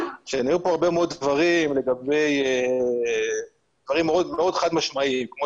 נאמרו כאן הרבה מאוד דברים מאוד חד משמעיים כמו